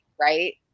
right